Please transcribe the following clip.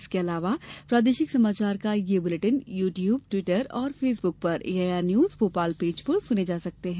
इसके अलावा प्रादेशिक समाचार बुलेटिन यू ट्यूब ट्विटर और फेसबुक पर एआईआर न्यूज भोपाल पेज पर सुने जा सकते हैं